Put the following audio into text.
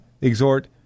exhort